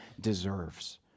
deserves